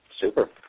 Super